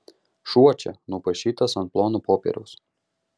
šuo čia nupaišytas ant plono popieriaus